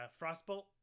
frostbolt